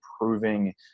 improving